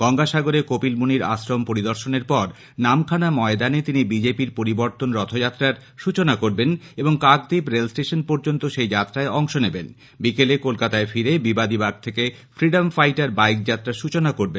গঙ্গাসাগরে কপিলমুনির আশ্রম পরিদর্শনের পর নামখানা ময়দানে তিনি বিজেপি র পরিবর্তন রথযাত্রার সৃচনা করবেন এবং কাকদ্বীপ রেলস্টেশন পর্যন্ত সেই যাত্রায় অংশ নেবেন বিকেলে কলকাতায় ফিরে বিবাদি বাগ থেকে ফ্রিডম ফাইটার বাইক যাত্রার সৃচনা করবেন